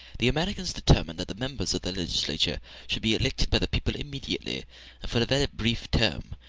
the americans determined that the members of the legislature should be elected by the people immediately, and for a very brief term,